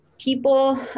people